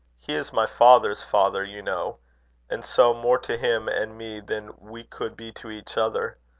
he is my father's father, you know and so, more to him and me than we could be to each other.